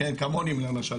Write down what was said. כמוני למשל,